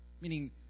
Meaning